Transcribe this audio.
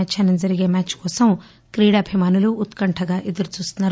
మధ్యాహ్నం జరిగే మ్యాచ్ కోసం క్రీడాభిమానులు ఉత్కంఠగా ఎదురుచూస్తున్నారు